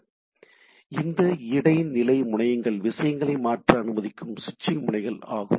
எனவே இந்த இடைநிலை முனைகள் விஷயங்களை மாற்ற அனுமதிக்கும் ஸ்விட்சிங் முனைகள் ஆகும்